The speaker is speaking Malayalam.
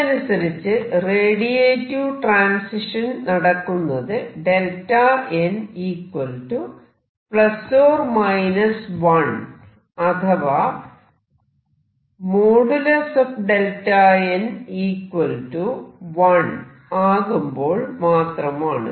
ഇതനുസരിച്ച് റേഡിയേറ്റീവ് ട്രാൻസിഷൻ നടക്കുന്നത് Δn ± 1 അഥവാ |Δn| 1 ആകുമ്പോൾ മാത്രമാണ്